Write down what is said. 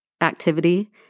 activity